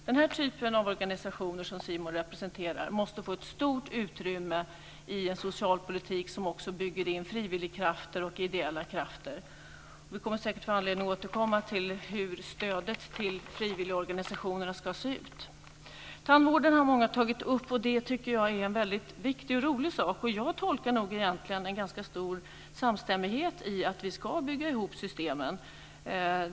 Den här typen av organisationer som SIMON representerar måste få ett stort utrymme i en socialpolitik som också bygger in frivilligkrafter och ideella krafter. Vi kommer säkert att få anledning att återkomma till hur stödet till frivilligorganisationerna ska se ut. Tandvården har många tagit upp. Det tycker jag är en väldigt viktig och rolig sak. Jag tolkar det nog egentligen som att det finns en ganska stor samstämmighet när det gäller att vi ska bygga ihop systemen.